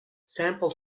sample